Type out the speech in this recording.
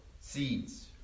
Seeds